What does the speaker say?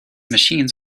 machines